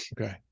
Okay